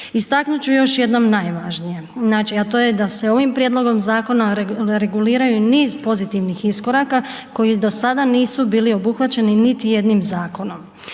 Istaknut ću još jednom najvažnije. Znači a to je da se ovim prijedlogom zakona reguliraju i niz pozitivnih iskoraka koji do sada nisu bili obuhvaćeni niti jednim zakonom.